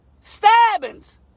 Stabbings